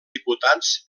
diputats